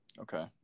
Okay